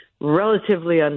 relatively